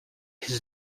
his